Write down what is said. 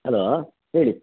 hello ಹೇಳಿ